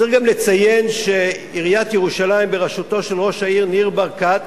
צריך גם לציין שעיריית ירושלים בראשותו של ראש העיר ניר ברקת,